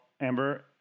Amber